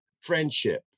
friendship